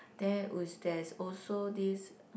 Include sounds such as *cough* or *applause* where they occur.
there *noise* there's also this